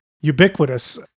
ubiquitous